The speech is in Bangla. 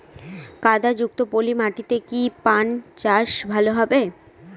কাদা যুক্ত পলি মাটিতে কি পান চাষ ভালো হবে?